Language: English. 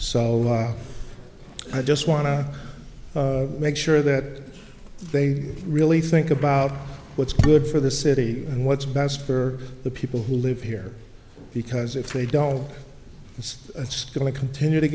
so i just want to make sure that they really think about what's good for the city and what's best for the people who live here because if they don't it's going to continue to